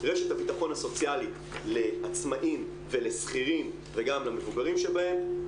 רשת הביטחון הסוציאלית לעצמאים ולשכירים וגם למבוגרים שבהם.